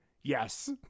Yes